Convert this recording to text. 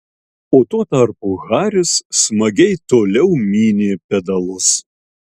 o tuo tarpu haris smagiai toliau mynė pedalus